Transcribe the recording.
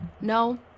No